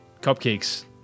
cupcakes